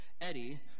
Eddie